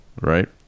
Right